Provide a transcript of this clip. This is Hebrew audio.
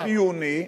לא חיוני,